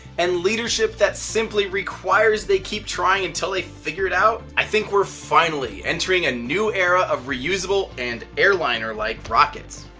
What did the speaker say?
and leadership that simply requires they keep trying until they figure it out, i think we're finally entering a new era of reusable and airliner like rockets.